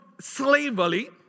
slavery